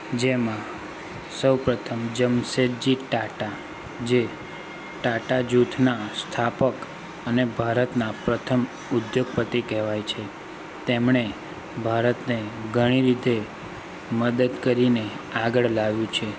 જેમાં સૌ પ્રથમ જમશેદજી ટાટા જે ટાટા જૂથના સ્થાપક અને ભારતના પ્રથમ ઉદ્યોગપતિ કહેવાય છે તેમણે ભારતને ઘણી રીતે મદદ કરીને આગળ લાવ્યું છે